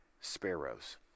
sparrows